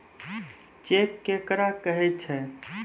Cheque केकरा कहै छै?